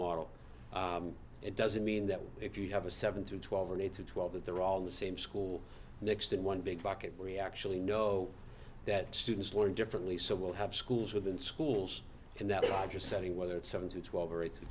model it doesn't mean that if you have a seven through twelve or an eight to twelve that they're all in the same school next in one big bucket re actually know that students learn differently so we'll have schools within schools and that a larger setting whether it's seven to twelve or eight to